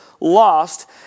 lost